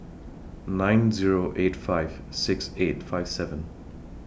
nine Zero eight five six eight five seven